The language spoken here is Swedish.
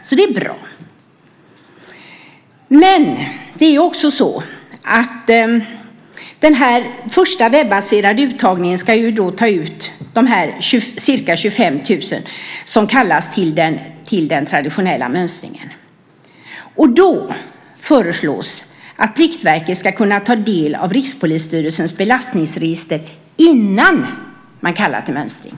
Så detta är bra. Vid den här första webbaserade uttagningen ska ca 25 000 tas ut och kallas till den traditionella mönstringen. Och det föreslås att Pliktverket ska kunna ta del av Rikspolisstyrelsens belastningsregister innan man kallar till mönstring.